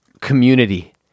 community